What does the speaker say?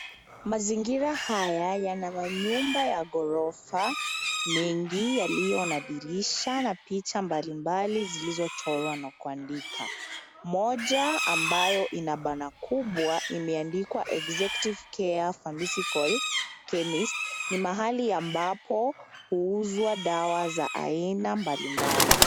Mazingira haya yana manyumba ya gorofa; mengi yaliyo na dirisha na picha mbalimbali zilizochorwa na kuandikwa. Moja ambayo ina banner kubwa imeandikwa Executive Care Pharmaceuticals Chemist . Ni mahali ambapo huuzwa dawa za aina mbalimbali.